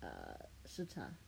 err 吃茶